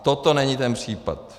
A toto není ten případ.